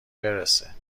برسه